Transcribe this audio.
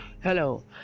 hello